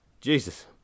Jesus